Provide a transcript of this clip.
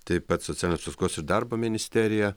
taip pat socialinės apsaugos ir darbo ministerija